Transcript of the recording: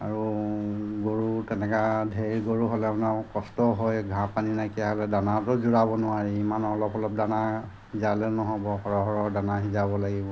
আৰু গৰু তেনেকা ধেৰ গৰু হ'লে আপোনাৰ কষ্ট হয় ঘাঁহ পানী নাইকিয়া হ'লে দানাটো জোৰাব নোৱাৰি ইমান অলপ অলপ দানা সিজালে নহ'ব সৰহৰ দানা সিজাব লাগিব